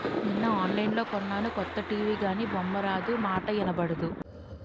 నిన్న ఆన్లైన్లో కొన్నాను కొత్త టీ.వి గానీ బొమ్మారాదు, మాటా ఇనబడదు